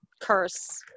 curse